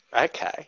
okay